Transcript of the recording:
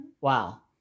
Wow